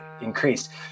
increased